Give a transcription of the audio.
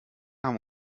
haben